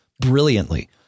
brilliantly